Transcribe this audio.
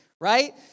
Right